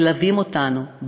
מלווים אותנו,